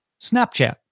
Snapchat